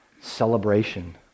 celebration